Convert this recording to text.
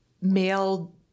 male